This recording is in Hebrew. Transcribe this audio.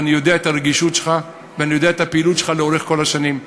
ואני יודע את הרגישות שלך ואני יודע את הפעילות שלך לאורך כל השנים.